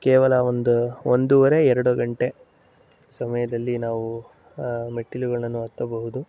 ಕೇವಲ ಒಂದು ಒಂದುವರೆ ಎರಡು ಗಂಟೆ ಸಮಯದಲ್ಲಿ ನಾವು ಆ ಮೆಟ್ಟಿಲುಗಳನ್ನು ಹತ್ತಬಹುದು